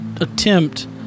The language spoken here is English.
attempt